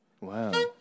Wow